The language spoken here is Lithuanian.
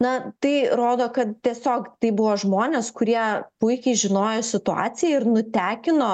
na tai rodo kad tiesiog tai buvo žmonės kurie puikiai žinojo situaciją ir nutekino